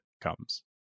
comes